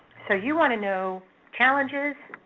so you want to know challenges,